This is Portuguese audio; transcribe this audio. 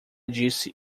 disse